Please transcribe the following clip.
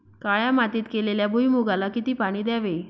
काळ्या मातीत केलेल्या भुईमूगाला किती पाणी द्यावे?